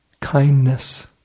Kindness